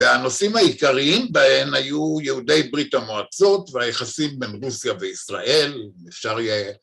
והנושאים העיקריים בהם היו יהודי ברית המועצות והיחסים בין רוסיה וישראל, אפשר יהיה